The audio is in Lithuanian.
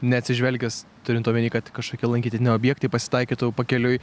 neatsižvelgęs turint omeny kad kažkokie lankytini objektai pasitaikytų pakeliui